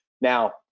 Now